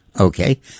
Okay